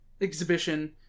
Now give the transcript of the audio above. exhibition